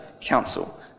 council